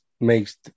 makes